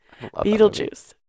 Beetlejuice